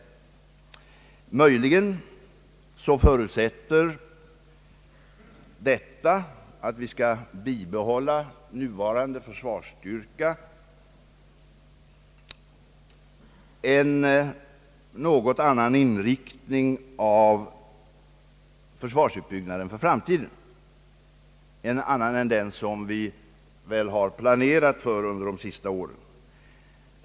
Att vi skall bibehålla nuvarande försvarsstyrka förutsätter möjligen en något annan inriktning av försvarsuppbyggnaden för framtiden än vi har planerat under de senaste åren.